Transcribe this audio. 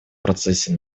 процессе